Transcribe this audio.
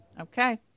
okay